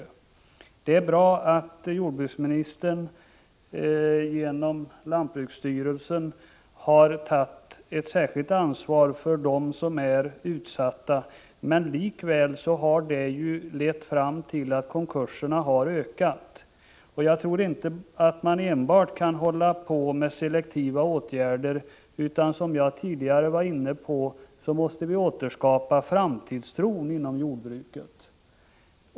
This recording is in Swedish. Det är bra att jordbruksministern genom lantbruksstyrelsen har tagit ett särskilt ansvar för dem som är utsatta. Men likväl har det ju lett fram till att antalet konkurser har ökat. Jag tror inte att man enbart kan vidta selektiva åtgärder, utan vi måste, som jag tidigare var inne på, återskapa framtidstron inom jordbruket.